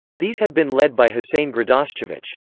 these had been led by husein gradascevic.